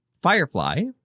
Firefly